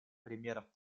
примеров